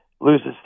loses